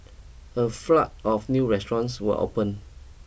a flood of new restaurants will open